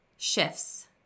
Shifts